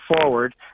forward